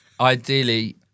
ideally